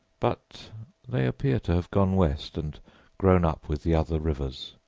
but they appear to have gone west and grown up with the other rivers.